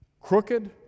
Crooked